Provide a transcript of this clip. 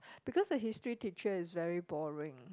because the History teacher is very boring